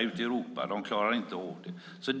ute i Europa klarar inte av att göra det.